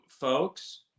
folks